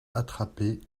attrapés